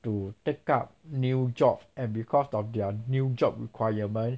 to take up new job and because of their new job requirement